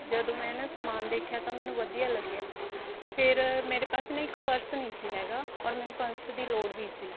ਜਦੋਂ ਮੈਂ ਨਾ ਸਮਾਨ ਦੇਖਿਆ ਤਾਂ ਮੈਨੂੰ ਵਧੀਆ ਲੱਗਿਆ ਫਿਰ ਮੇਰੇ ਪਾਸ ਨਾ ਇੱਕ ਪਰਸ ਨਹੀਂ ਸੀ ਹੈਗਾ ਔਰ ਮੈਨੂੰ ਪਰਸ ਦੀ ਲੋੜ ਵੀ ਸੀ